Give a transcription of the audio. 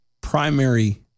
primary